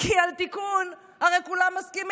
כי על תיקון הרי כולם מסכימים.